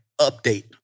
update